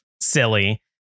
silly